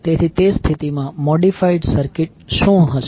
તેથી તે સ્થિતિમાં મોડિફાઇડ સર્કિટ શું હશે